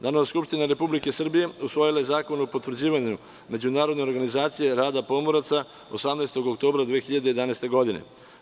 Narodna skupština Republike Srbije usvojila je Zakon o potvrđivanju Međunarodne organizacije rada pomoraca 18. oktobra 2011. godine.